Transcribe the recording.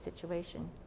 situation